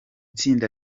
tsinda